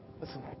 Listen